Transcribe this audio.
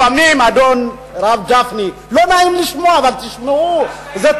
לפעמים, אדון הרב גפני, לא נעים לשמוע, אבל